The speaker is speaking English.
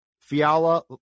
Fiala